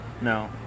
No